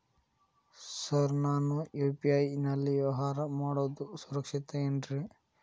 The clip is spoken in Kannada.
ಸರ್ ನಾನು ಯು.ಪಿ.ಐ ನಲ್ಲಿ ವ್ಯವಹಾರ ಮಾಡೋದು ಸುರಕ್ಷಿತ ಏನ್ರಿ?